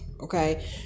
okay